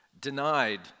denied